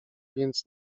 więc